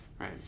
Right